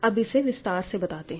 अब इसे विस्तार से बताते हैं